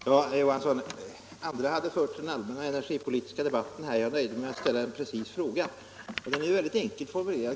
Herr talman! Andra har, herr Johansson, fört den allmänna energi = anställda vid politiska debatten här. Jag nöjde mig med att ställa en precis fråga som = kärnkraftsbyggen, är konkret och väldigt enkelt formulerad.